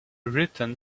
written